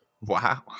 Wow